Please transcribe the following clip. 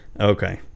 okay